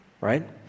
right